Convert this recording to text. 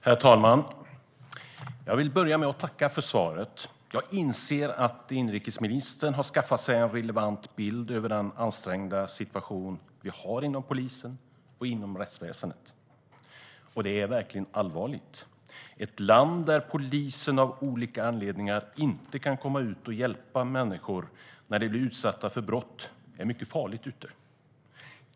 Herr talman! Jag vill börja med att tacka för svaret. Jag inser att inrikesministern har skaffat sig en relevant bild av den ansträngda situation vi har inom polisen och rättsväsendet. Och det är verkligen allvarligt. Ett land där polisen av olika anledningar inte kan komma ut och hjälpa människor när de blir utsatta för brott är mycket farligt ute.